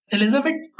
Elizabeth